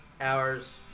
hours